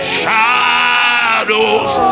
shadows